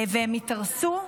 והם התארסו,